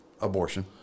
abortion